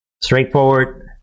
Straightforward